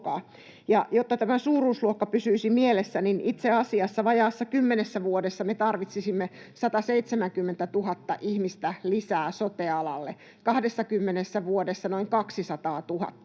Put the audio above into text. jotta tämä suuruusluokka pysyisi mielessä, niin itse asiassa vajaassa kymmenessä vuodessa me tarvitsisimme 170 000 ihmistä lisää sote-alalle, 20 vuodessa noin 200 000,